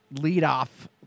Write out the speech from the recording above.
lead-off